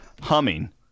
humming